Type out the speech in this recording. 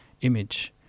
image